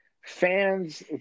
fans